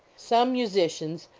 some musicians,